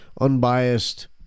Unbiased